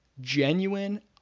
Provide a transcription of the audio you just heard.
genuine